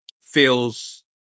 feels